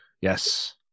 Yes